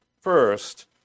first